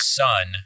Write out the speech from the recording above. son